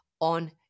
on